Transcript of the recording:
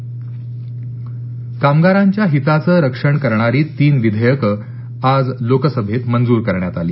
कामगार विधयुक् कामगारांच्या हिताचं रक्षण करणारी तीन विधेयक आज लोकसभेत मंजूर करण्यात आली